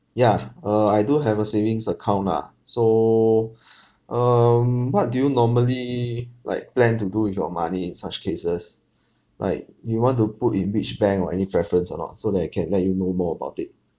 yeah err I do have a savings account ah so um what do you normally like plan to do with your money such cases like you want to put in which bank or any preference or not so that I can let you know more about it